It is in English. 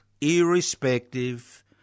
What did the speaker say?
irrespective